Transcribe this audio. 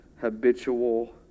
habitual